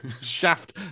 Shaft